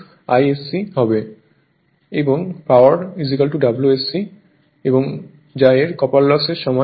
এবং power Wsc যা এর কপার লস এর সমান হয়